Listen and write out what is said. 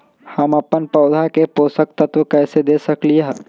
हम अपन पौधा के पोषक तत्व कैसे दे सकली ह?